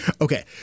Okay